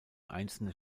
einzelne